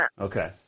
Okay